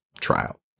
trial